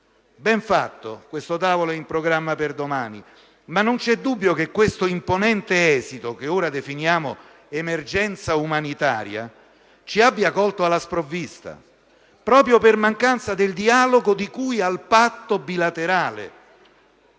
Ben fatto. Questo tavolo è in programma per domani, ma non c'è dubbio che l'imponente esodo che ora definiamo emergenza umanitaria ci abbia colto alla sprovvista, proprio per la mancanza del dialogo previsto dal patto bilaterale.